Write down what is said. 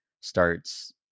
starts